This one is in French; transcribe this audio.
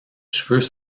cheveux